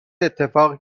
اتفاقی